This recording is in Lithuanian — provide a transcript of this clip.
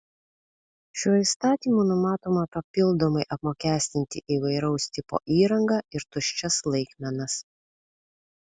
šiuo įstatymu numatoma papildomai apmokestinti įvairaus tipo įrangą ir tuščias laikmenas